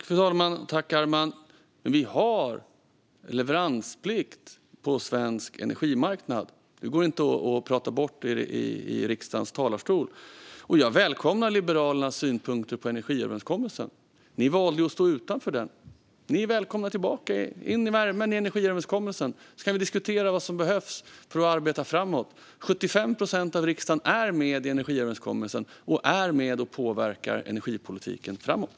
Fru talman! Tack, Arman Teimouri! Vi har leveransplikt på svensk energimarknad. Det går inte att prata bort i riksdagens talarstol. Jag välkomnar Liberalernas synpunkter på energiöverenskommelsen. Ni valde att stå utanför den. Ni är välkomna tillbaka in i värmen i energiöverenskommelsen. Där kan vi diskutera vad som behövs för att arbeta framåt. Det är 75 procent av riksdagen som är med i energiöverenskommelsen och är med och påverkar energipolitiken framåt.